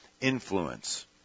influence